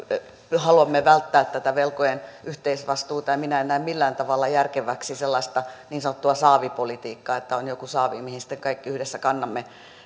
haluamme välttää tätä velkojen yhteisvastuuta minä en näe millään tavalla järkeväksi sellaista niin sanottua saavipolitiikkaa että on joku saavi mihin sitten kaikki yhdessä kannamme